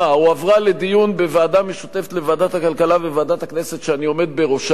הועברה לדיון בוועדה משותפת לוועדת הכלכלה וועדת הכנסת שאני עומד בראשה,